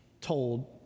told